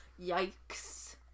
Yikes